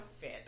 fit